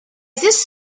this